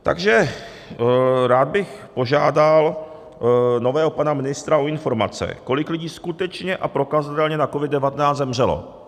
Takže rád bych požádal nového pana ministra o informace, kolik lidí skutečně a prokazatelně na COVID19 zemřelo.